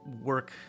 work